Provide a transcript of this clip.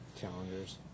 Challengers